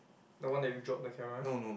the one that you dropped the camera